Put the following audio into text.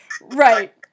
Right